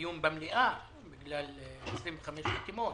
דיון במליאה בגלל 25 חתימות,